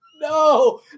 No